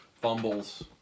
Fumbles